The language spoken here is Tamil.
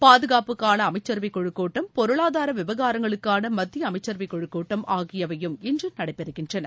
பாதுகாப்புக்கான அமைச்சரவைக் குழுக் கூட்டம் பொருளாதார விவகாரங்களுக்கான மத்திய அமைச்சரவைக் குழுக் கூட்டம் ஆகியவையும் இன்று நடைபெறுகின்றன